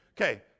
Okay